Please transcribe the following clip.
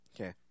Okay